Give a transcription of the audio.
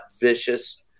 vicious